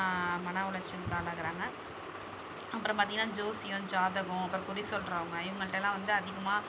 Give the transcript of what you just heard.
மன உளைச்சலுக்கு ஆளாகிறாங்க அப்புறம் பார்த்தீங்கனா ஜோசியம் ஜாதகம் அப்புறம் குறி சொல்கிறவங்க இவங்கள்ட்டெல்லாம் வந்து அதிகமாக